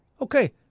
Okay